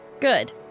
Good